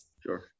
Sure